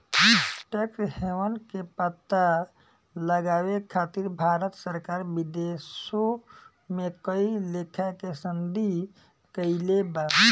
tax haven के पता लगावे खातिर भारत सरकार विदेशों में कई लेखा के संधि कईले बा